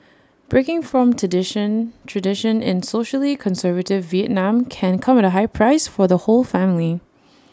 breaking from tradition tradition in socially conservative Vietnam can come at A high price for the whole family